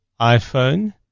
iPhone